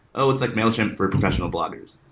oh, it's like mailchimp for professional bloggers.